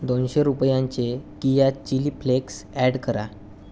दोनशे रुपयांचे किया चिली फ्लेक्स ॲड करा